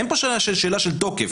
אין פה שאלה של תוקף,